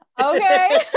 Okay